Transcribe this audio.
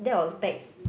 that was back